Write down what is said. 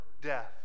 death